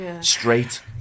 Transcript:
straight